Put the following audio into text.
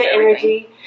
energy